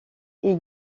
est